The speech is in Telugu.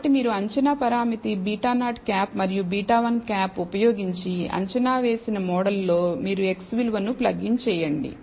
కాబట్టి మీరు అంచనా పారామితి β̂0 మరియు β̂1 ఉపయోగించి అంచనా వేసిన మోడల్లో మీ xi విలువ ను ప్లగ్ ఇన్ చేయండి